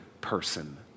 person